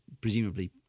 presumably